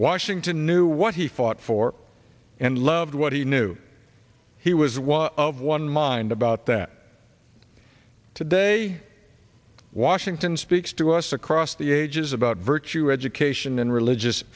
washington knew what he fought for and loved what he knew he was one of one mind about that today washington speaks to us across the ages about virtue education and religious